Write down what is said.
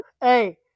hey